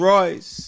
Royce